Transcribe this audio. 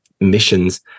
missions